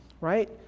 right